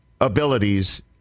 abilities